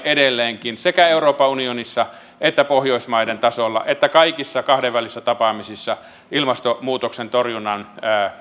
edelleenkin sekä euroopan unionissa että pohjoismaiden tasolla ja kaikissa kahdenvälisissä tapaamisissa ilmastonmuutoksen torjunnan